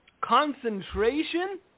concentration